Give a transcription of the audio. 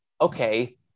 Okay